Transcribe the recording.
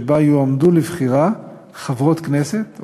שבה יועמדו לבחירה חברות כנסת,